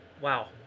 wow